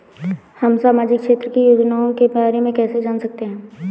हम सामाजिक क्षेत्र की योजनाओं के बारे में कैसे जान सकते हैं?